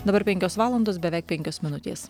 dabar penkios valandos beveik penkios minutės